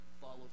follow